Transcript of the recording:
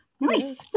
Nice